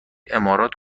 امارات